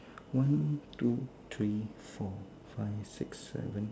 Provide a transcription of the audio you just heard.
one two three four five six seven